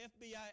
FBI